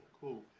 cool